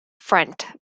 front